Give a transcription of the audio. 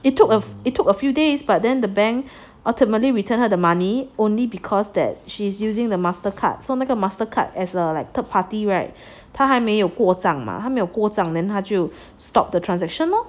it took it took a few days but then the bank ultimately returned her the money only because that she's using the Mastercard so 那个 Mastercard as like third party right 他还没有过账嘛还没有过账 then 他就 stop the transaction lor